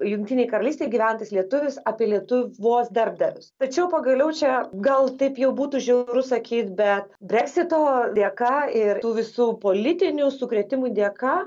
jungtinėj karalystėj gyvenantis lietuvis apie lietuvos darbdavius tačiau pagaliau čia gal taip jau būtų žiauru sakyt bet breksito dėka ir tų visų politinių sukrėtimų dėka